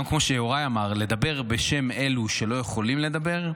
גם כמו שיוראי אמר, לדבר בשם אלו שלא יכולים לדבר,